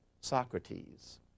Socrates